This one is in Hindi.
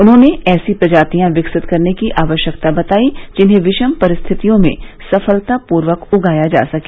उन्होंने ऐसी प्रजातियां विकसित करने की आवश्यकता बताई जिन्हें विषम परिस्थितियों में सफलतापूर्वक उगाया जा सके